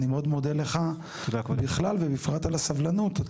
אני מאוד מודה לך בכלל ובפרט על הסבלנות.